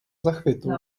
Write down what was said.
zachwytu